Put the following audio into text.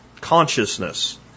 consciousness